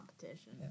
competition